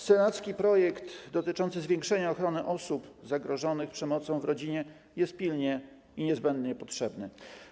Senacki projekt dotyczący zwiększenia ochrony osób zagrożonych przemocą w rodzinie jest pilnie potrzebny i niezbędny.